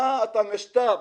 אה, אתה משת"פ.